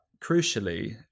crucially